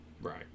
Right